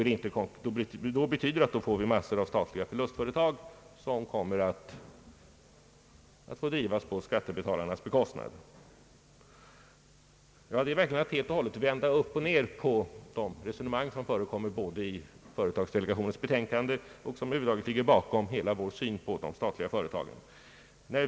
Det skulle betyda att vi får massor av statliga förlustföretag som kommer att få drivas på skattebetalarnas bekostnad. Detta är verkligen att helt och hållet vända upp och ned på de resonemang som förs i företagsdelegationens betänkande och som ligger bakom hela vår syn på de statliga företagen.